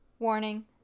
Warning